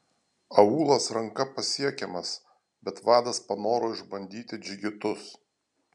aūlas ranka pasiekiamas bet vadas panoro išbandyti džigitus